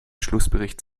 schlussbericht